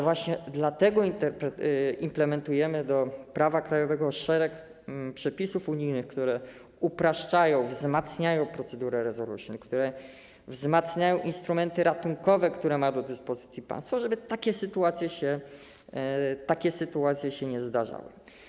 Właśnie dlatego implementujemy do prawa krajowego szereg przepisów unijnych, które upraszczają, wzmacniają procedurę resolution, które wzmacniają instrumenty ratunkowe, które ma do dyspozycji państwo, żeby takie sytuacje się nie zdarzały.